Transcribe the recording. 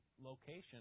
location